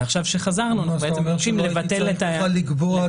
ועכשיו שחזרנו אנחנו מבקשים בעצם לבטל את האיום.